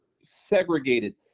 segregated